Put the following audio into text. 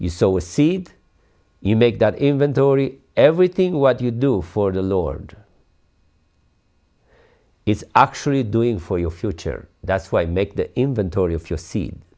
you so a seed you make that inventory everything what you do for the lord is actually doing for your future that's why i make the inventory of your se